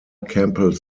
campbell